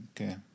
Okay